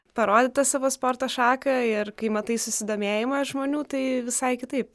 parodyti savo sporto šaką ir kai matai susidomėjimą žmonių tai visai kitaip